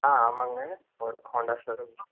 ஆ ஆமாங்க Honda showroom தான்